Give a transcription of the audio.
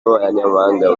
b’abahanga